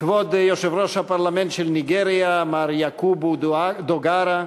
כבוד יושב-ראש הפרלמנט של ניגריה מר יעקובו דוגרה,